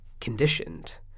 conditioned